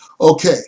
Okay